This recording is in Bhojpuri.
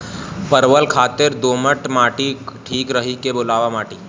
परवल खातिर दोमट माटी ठीक रही कि बलुआ माटी?